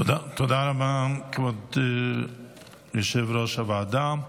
תודה רבה, כבוד יושב-ראש הוועדה.